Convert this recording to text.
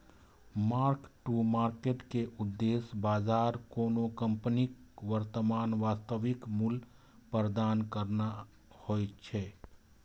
mark to market के उद्देश्य बाजार कोनो कंपनीक वर्तमान वास्तविक मूल्य प्रदान करना होइ छै